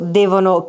devono